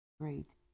great